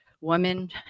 woman